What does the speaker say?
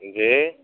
جی